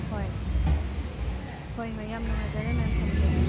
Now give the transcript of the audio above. ꯍꯣꯏ ꯍꯣꯏ ꯍꯣꯏ ꯌꯥꯝ ꯅꯨꯡꯉꯥꯏ ꯃꯦꯝ ꯊꯦꯡꯀ꯭ꯌꯨ